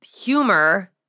humor